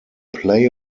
play